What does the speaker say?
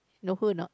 know who or not